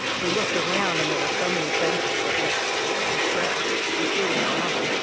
we looked around and there were so many faces that looked distressed, including our own